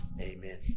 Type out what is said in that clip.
Amen